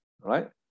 right